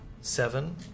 Seven